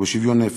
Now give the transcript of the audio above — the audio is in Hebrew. ובשוויון נפש,